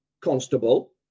constable